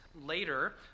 later